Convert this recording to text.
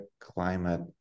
climate